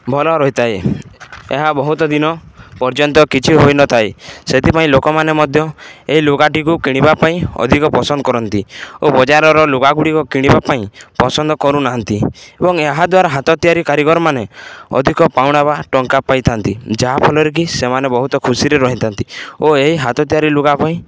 ଭଲ ରହିଥାଏ ଏହା ବହୁତ ଦିନ ପର୍ଯ୍ୟନ୍ତ କିଛି ହୋଇନଥାଏ ସେଥିପାଇଁ ଲୋକମାନେ ମଧ୍ୟ ଏ ଲୁଗାଟିକୁ କିଣିବା ପାଇଁ ଅଧିକ ପସନ୍ଦ କରନ୍ତି ଓ ବଜାରର ଲୁଗାଗୁଡ଼ିକ କିଣିବା ପାଇଁ ପସନ୍ଦ କରୁନାହାନ୍ତି ଏବଂ ଏହାଦ୍ୱାରା ହାତ ତିଆରି କାରିଗର ମାନେ ଅଧିକ ପାଉଣା ବା ଟଙ୍କା ପାଇଥାନ୍ତି ଯାହାଫଳରେ କି ସେମାନେ ବହୁତ ଖୁସିରେ ରହିଥାନ୍ତି ଓ ଏହି ହାତ ତିଆରି ଲୁଗା ପାଇଁ